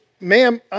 Ma'am